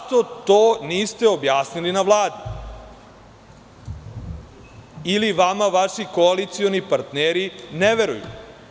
Zašto to niste objasnili na Vladi, ili vama vaši koalicioni partneri ne veruju?